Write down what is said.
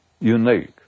unique